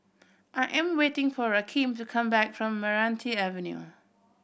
I am waiting for Rakeem to come back from Meranti Avenue